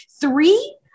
three